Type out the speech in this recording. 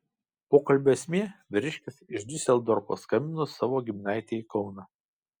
pokalbio esmė vyriškis iš diuseldorfo skambino savo giminaitei į kauną